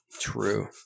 True